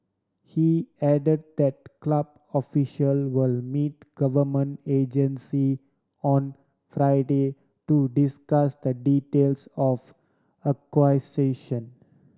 he add that club official will meet government agency on Friday to discuss the details of acquisition